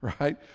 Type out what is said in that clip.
right